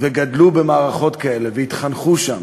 וגדלו במערכות כאלה, והתחנכו שם.